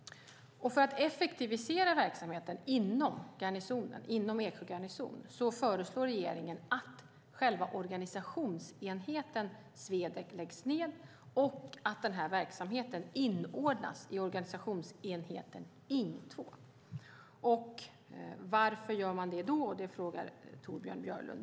För att effektivisera verksamheten inom Eksjö garnison föreslår regeringen att själva organisationsenheten Swedec läggs ned och att denna verksamhet inordnas i organisationsenheten Ing 2. Torbjörn Björlund frågar varför.